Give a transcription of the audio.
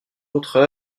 autres